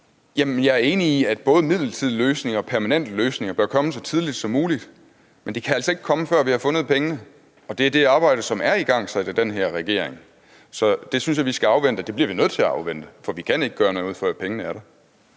jeg er enig i, at både midlertidige løsninger og permanente løsninger bør komme så tidligt som muligt, men de kan altså ikke komme, før vi har fundet pengene, og det er det arbejde, som er igangsat af den her regering. Så det synes jeg vi skal afvente, det bliver vi nødt til at afvente, for vi kan ikke gøre noget, før pengene er der.